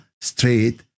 straight